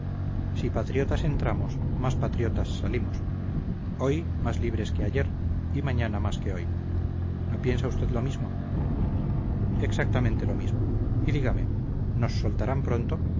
si patriotas entramos más patriotas salimos hoy más libres que ayer y mañana más que hoy no piensa usted lo mismo exactamente lo mismo y dígame nos soltarán pronto